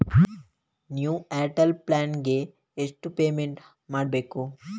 New Airtel plan ಗೆ ಎಷ್ಟು payment ಮಾಡ್ಬೇಕು?